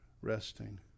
resting